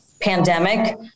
pandemic